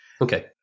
okay